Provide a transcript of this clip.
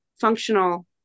functional